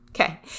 Okay